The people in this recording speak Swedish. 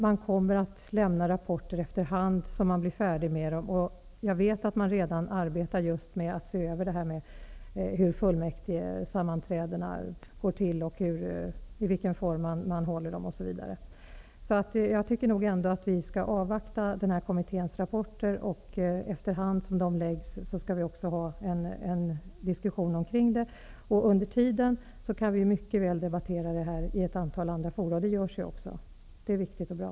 Den kommer att lämna rapporter efter hand som den blir färdig med dem. Jag vet att den redan arbetar med att se över hur fullmäktigesammanträdena går till, i vilken form de hålls, osv. Jag tycker därför att vi skall avvakta denna kommittés rapporter. Efter hand som de läggs fram skall vi också ha en diskussion omkring detta. Under tiden kan vi mycket väl debattera detta i ett antal andra forum, vilket också görs, och det är viktigt och bra.